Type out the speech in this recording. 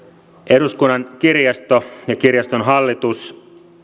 eduskunnan kirjasto ja kirjaston hallitus